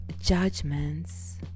judgments